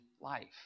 life